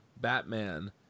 Batman